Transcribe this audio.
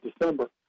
December